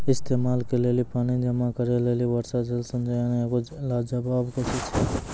इस्तेमाल के लेली पानी जमा करै लेली वर्षा जल संचयन एगो लाजबाब कोशिश छै